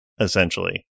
essentially